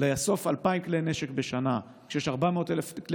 לאסוף 2,000 כלי נשק בשנה כשיש 400,000 כלי